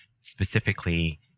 specifically